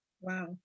wow